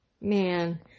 Man